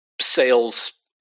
sales